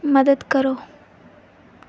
ਮਦਦ ਕਰੋ